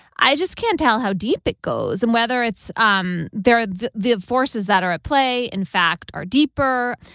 i just can't tell how deep it goes and whether it's um there are the the forces that are at play in fact are deeper.